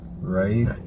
right